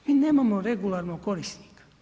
Mi nemamo regularnog korisnika.